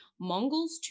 Mongols